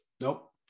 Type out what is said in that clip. Nope